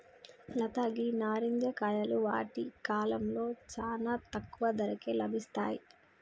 లత గీ నారింజ కాయలు వాటి కాలంలో చానా తక్కువ ధరకే లభిస్తాయి